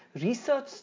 research